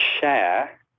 share